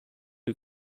who